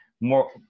more